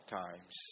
times